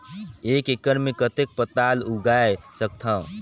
एक एकड़ मे कतेक पताल उगाय सकथव?